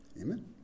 amen